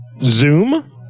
Zoom